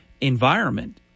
environment